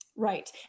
Right